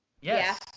Yes